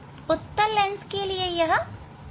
उत्तल लेंस के लिए प्रतिबिंब है